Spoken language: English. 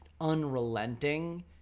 unrelenting